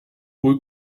wohl